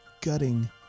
Gutting